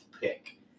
pick